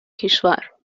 کشور